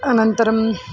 अनन्तरम्